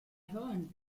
hearn